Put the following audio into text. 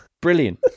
Brilliant